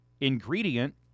ingredient